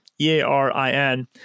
E-A-R-I-N